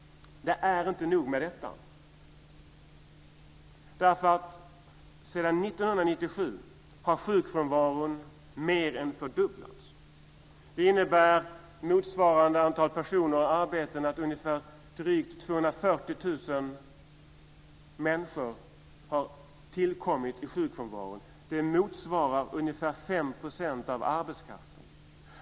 Inte nog med detta: Sedan år 1997 har sjukfrånvaron mer än fördubblats. Det innebär - sett till motsvarande antal personer i arbete - att ungefär drygt 240 000 människor har tillkommit vad gäller sjukfrånvaron. Det motsvarar alltså ungefär 5 % av arbetskraften.